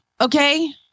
okay